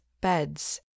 beds